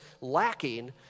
lacking